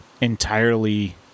entirely –